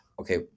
okay